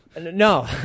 No